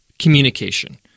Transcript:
Communication